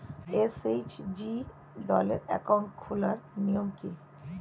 SHG দলের account খোলার নিয়ম কী?